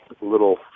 little